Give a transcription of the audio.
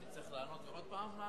אני אצטרך לעלות עוד פעם?